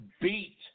beat